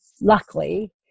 luckily